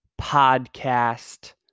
Podcast